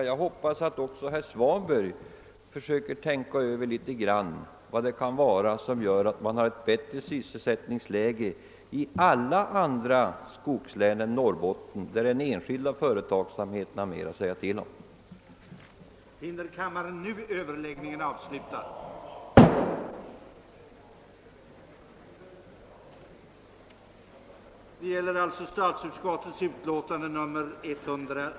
Jag hoppas att också herr Svanberg försöker fundera litet över vad det kan vara som gör att sysselsättningsläget i de andra skogslänen, där den enskilda företagsamheten har mer att säga till om, är bättre än i Norrbotten.